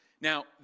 Now